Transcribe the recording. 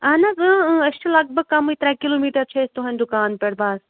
اَہن حظ اۭں اۭں أسۍ چھِ لگ بگ کَمٕے ترٛےٚ کِلوٗ میٖٹر چھِ أسۍ تُہٕنٛدِ دُکان پٮ۪ٹھ بَس